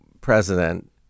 president